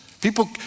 People